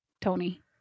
tony